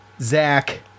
Zach